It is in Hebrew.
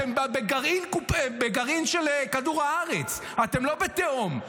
אתם בגרעין של כדור הארץ, אתם לא בתהום.